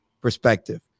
perspective